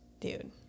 Dude